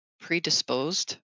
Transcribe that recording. predisposed